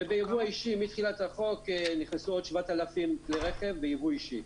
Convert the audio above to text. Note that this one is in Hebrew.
ובייבוא האישי מתחילת החוק נכנסו עוד 7,000 כלי רכב בייבוא אישי.